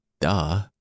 Duh